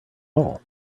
all